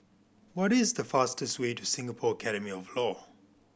what is the fastest way to Singapore Academy of Law